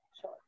Sure